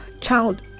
child